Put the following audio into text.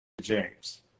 James